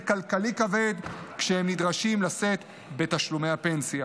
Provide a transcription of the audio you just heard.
כלכלי כבד כשהם נדרשים לשאת בתשלומי הפנסיה.